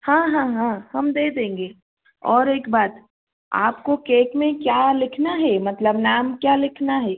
हाँ हाँ हाँ हम दे देंगे और एक बात आपको केक में क्या लिखना है मतलब नाम क्या लिखना है